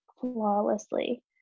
flawlessly